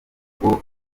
ngo